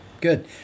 good